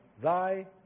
Thy